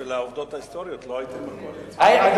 בשביל העובדות ההיסטוריות, לא הייתם בקואליציה.